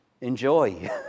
enjoy